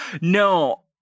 No